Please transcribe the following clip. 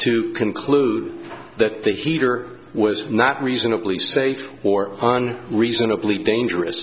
to conclude that the heater was not reasonably safe or on reasonably dangerous